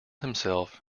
himself